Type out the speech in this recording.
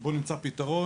- בוא נמצא פתרון,